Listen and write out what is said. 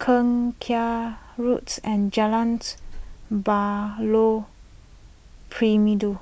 Keong Saik Roads and Jalan's Buloh Perindu